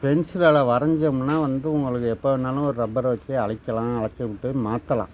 பென்சிலால் வரைஞ்சோம்முன்னா வந்து உங்களுக்கு எப்போ வேணாலும் ஒரு ரப்பரை வச்சு அழிக்கிலாம் அழிச்சிப்புட்டு மாற்றலாம்